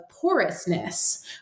porousness